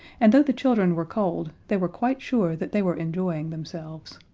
and though the children were cold they were quite sure that they were enjoying themselves.